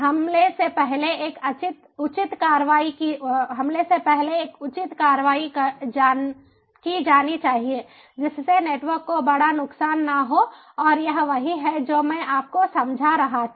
हमले से पहले एक उचित कार्रवाई की जानी चाहिए जिससे नेटवर्क को बड़ा नुकसान ना हो और यह वही है जो मैं आपको समझा रहा था